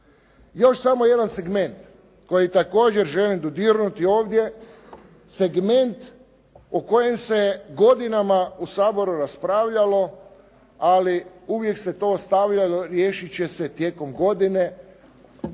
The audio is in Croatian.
Još samo jedan segment koji također želim dodirnuti ovdje, segment o kojem se godinama u Saboru raspravljalo, ali uvijek se to ostavljalo, riješiti će se tijekom godina,